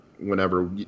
whenever